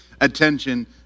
attention